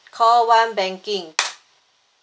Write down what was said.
call one banking